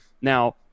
Now